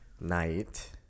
night